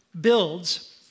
builds